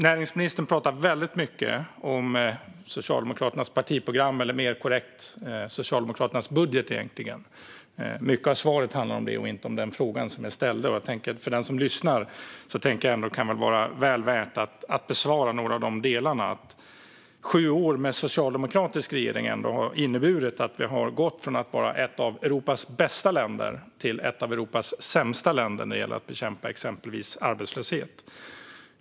Näringsministern pratade väldigt mycket om Socialdemokraternas partiprogram - eller, egentligen mer korrekt, om Socialdemokraternas budget. Mycket av svaret handlade om detta och inte om den fråga som jag ställde. För den som lyssnar kan det vara väl värt att några av dessa delar besvaras. Sju år med en socialdemokratisk regering har inneburit att vi har gått från att vara ett av Europas bästa länder till att vara ett av Europas sämsta länder när det gäller att bekämpa exempelvis arbetslöshet.